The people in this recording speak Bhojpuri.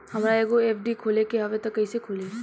हमरा एगो एफ.डी खोले के हवे त कैसे खुली?